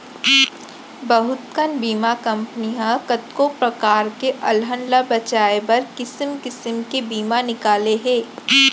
बहुत कन बीमा कंपनी ह कतको परकार के अलहन ल बचाए बर किसिम किसिम के बीमा निकाले हे